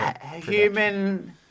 Human